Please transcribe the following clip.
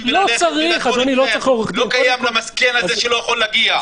--- זה לא קיים למסכן הזה שלא יכול להגיע.